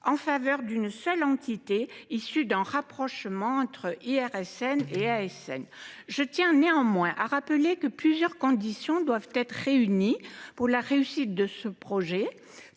en faveur d’une seule entité issue d’un rapprochement entre l’IRSN et l’ASN. Je tiens néanmoins à rappeler que plusieurs conditions doivent être réunies pour la réussite de ce projet.